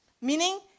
meaning